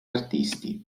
artisti